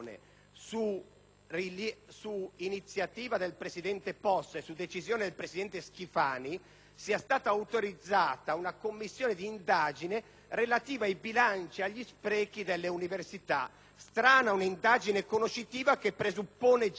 su iniziativa del presidente Possa e su decisione del presidente Schifani, sia stata autorizzata una Commissione d'indagine relativa ai bilanci e agli sprechi delle università: strana un'indagine conoscitiva che presuppone già